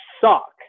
suck